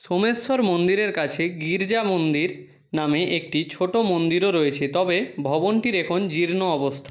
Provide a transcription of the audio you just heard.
সোমেশ্বর মন্দিরের কাছে গির্জা মন্দির নামে একটি ছোট মন্দিরও রয়েছে তবে ভবনটির এখন জীর্ণ অবস্থা